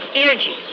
energy